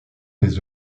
des